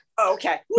Okay